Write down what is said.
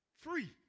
free